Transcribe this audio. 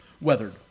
weathered